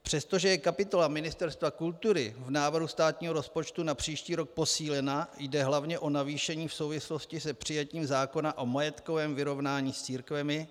Přestože je kapitola Ministerstva kultury v návrhu státního rozpočtu na příští rok posílena, jde hlavně o navýšení v souvislosti s přijetím zákona o majetkovém vyrovnání s církvemi.